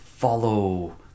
follow